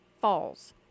falls